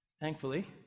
Thankfully